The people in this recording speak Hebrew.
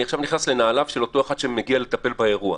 אני עכשיו נכנס לנעליו של אותו אחד שמגיע לטפל באירוע.